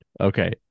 Okay